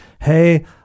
Hey